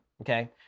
Okay